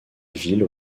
ville